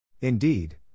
Indeed